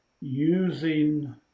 using